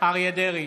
אריה מכלוף דרעי,